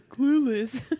clueless